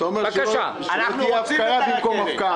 אתה אומר: שלא תהיה הפקרה במקום הפקעה.